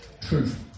truth